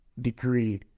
degree